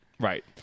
Right